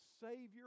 Savior